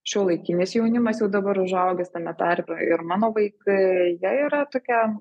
šiuolaikinis jaunimas jau dabar užaugęs tame tarpe ir mano vaikai jie yra tokia